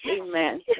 amen